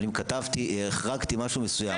אבל אם החרגתי משהו מסוים,